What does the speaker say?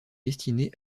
destinés